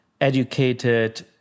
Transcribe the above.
educated